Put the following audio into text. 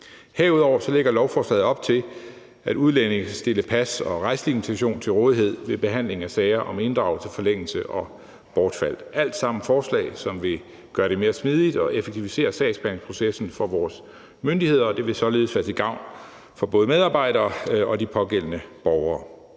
Herudover lægger lovforslaget op til, at udlændinge skal stille pas og rejselegitimation til rådighed ved behandlingen af sager om inddragelse, forlængelse og bortfald . Det er alt sammen forslag, som vil gøre det mere smidigt og effektivisere sagsbehandlingsprocessen for vores myndigheder, og det vil således være til gavn for både medarbejdere og de pågældende borgere.